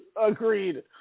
Agreed